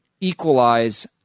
equalize